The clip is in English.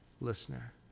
listener